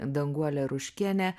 danguolė ruškienė